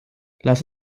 lass